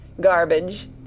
garbage